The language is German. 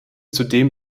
zudem